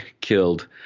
killed